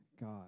God